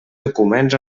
documents